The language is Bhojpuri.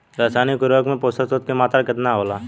रसायनिक उर्वरक मे पोषक तत्व के मात्रा केतना होला?